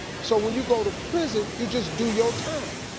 so when you go to prison, you just do your time.